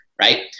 Right